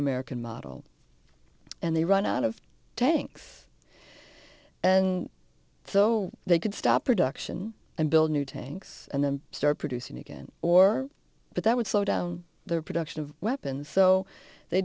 american model and they run out of tanks and so they could stop production and build new tanks and then start producing again or but that would slow down their production of weapons so they